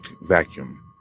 vacuum